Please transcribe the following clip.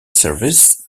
service